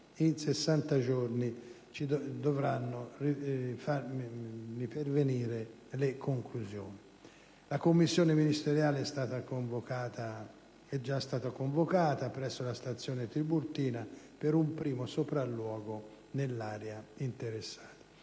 in 60 giorni dovranno farmele pervenire. La commissione ministeriale è già stata convocata presso la stazione Tiburtina per un primo sopralluogo nell'area interessata.